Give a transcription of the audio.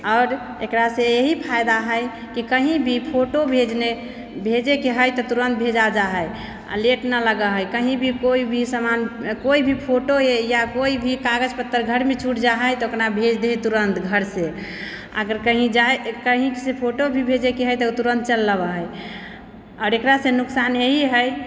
आओर एकरासँ यही फायदा हइ कि कहीँ भी फोटो भेजेके हइ तऽ तुरन्त भेजा जा हइ आओर लेट ना लागऽ हइ कहीँ भी कोइ भी सामान कोइ भी फोटो या कोइ भी कागज पत्तर घरमे छुटि जा हइ तऽ ओकरा भेज देहि तुरन्त घरसँ अगर कहीँ जाइ कहीँसे फोटो भी भेजेके हइ तऽ ओ तुरन्त चल आबऽ हइ आओर एकरासँ नुकसान यही हइ